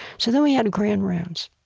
so then we had a grand rounds,